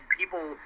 people